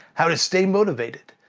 how to stay motivated,